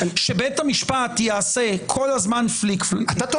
שבית המשפט יעשה כל הזמן פליק-פלאק --- אתה טוען